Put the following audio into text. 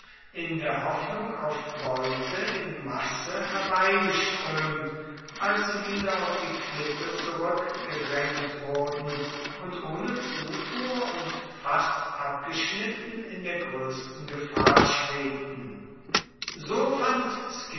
in der hoffnung auf beute in masse herbeigeströmt als sie wieder auf die klippe zurückgedrängt wurden und ohne zufuhr und fast abgeschnitten in der größten gefahr schwebten so fand